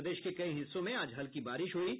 प्रदेश के कई हिस्सों में आज हल्की बारिश हुयी है